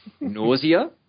Nausea